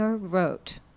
wrote